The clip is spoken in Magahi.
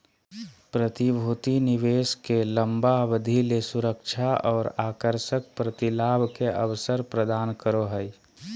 प्रतिभूति निवेश के लंबा अवधि ले सुरक्षा और आकर्षक प्रतिलाभ के अवसर प्रदान करो हइ